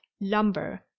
lumber